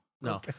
No